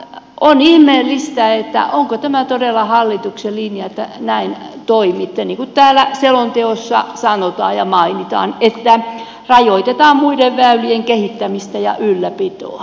on ihmeellistä onko tämä todella hallituksen linja että näin toimitte niin kuin täällä selonteossa sanotaan ja mainitaan että rajoitetaan muiden väylien kehittämistä ja ylläpitoa